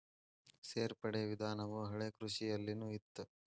ಸೇರ್ಪಡೆ ವಿಧಾನವು ಹಳೆಕೃಷಿಯಲ್ಲಿನು ಇತ್ತ